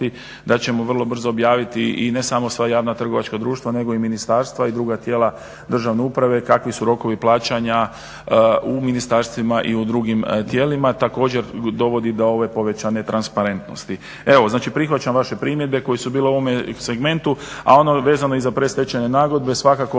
da ćemo vrlo brzo objaviti i ne samo sva javna trgovačka društva nego i ministarstva i druga tijela državne uprave kakvi su rokovi plaćanja u ministarstvima i u drugim tijelima. Također, dovodi do ove povećane transparentnosti. Evo znači prihvaćam vaše primjedbe koje su bile u ovome segmentu, a ono vezano i za predstečajne nagodbe svakako u ovom